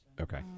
Okay